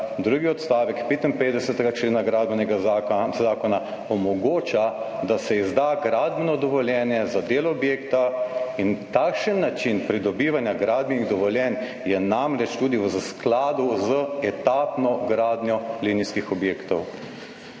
drugi odstavek 55. člena Gradbenega zakona, zakona omogoča, da se izda gradbeno dovoljenje za del objekta. In takšen način pridobivanja gradbenih dovoljenj je namreč tudi v skladu z etapno gradnjo linijskih objektov.